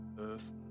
earth